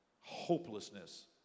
hopelessness